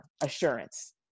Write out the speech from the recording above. assurance